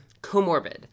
comorbid